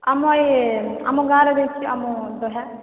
ଆମ ଏ ଆମ ଗାଁର ଦେଇଛି ଆମ ଦହ୍ୟା